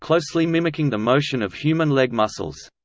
closely mimicking the motion of human leg muscles.